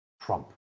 Trump